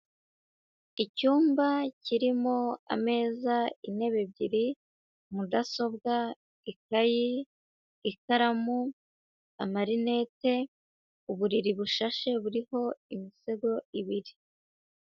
Icyumba kirimo ameza, intebe ebyiri, mudasobwa, ikayi, ikaramu, amarinete, uburiri bushashe buriho imisego ibiri.